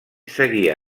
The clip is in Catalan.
seguia